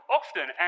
often